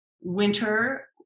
winter